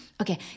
Okay